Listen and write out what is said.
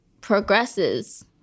progresses